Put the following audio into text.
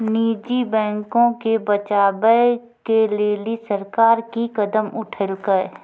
निजी बैंको के बचाबै के लेली सरकार कि कदम उठैलकै?